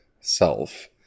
self